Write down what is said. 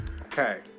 Okay